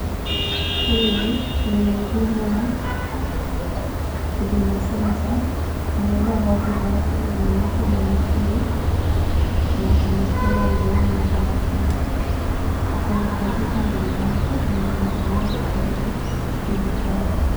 Huyu ni muhudumu wa huduma center . Amevaa vazi lake ya nyeupe na nyekundu na amefunga mdomo na barakoa. Ako na kompyuta mbele yake yenye anatumia kufanya hili kazi.